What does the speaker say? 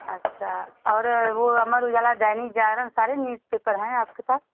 अच्छा और वो अमर उजाला दैनिक जागरण सारे न्यूजपेपर हैं आपके पास